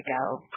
go